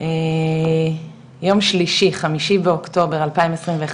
יום שלישי 5/10/2021,